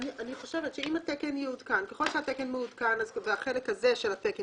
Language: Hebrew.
אני חושבת שאם התקן יעודכן ככל שהתקן מעודכן והחלק הזה של התקן